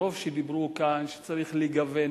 מרוב שדיברו כאן שצריך לגוון